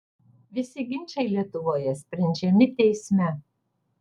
visi ginčai lietuvoje sprendžiami teisme